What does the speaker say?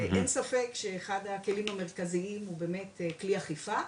אין ספק שאחד הכלים המרכזיים הוא באמת כלי אכיפה,